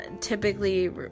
typically